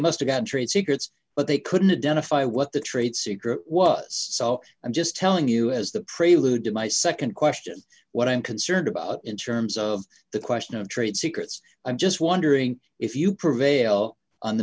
must have gotten trade secrets but they couldn't identify what the trade secret was so i'm just telling you as the prelude to my nd question what i'm concerned about in terms of the question of trade secrets i'm just wondering if you prevail on the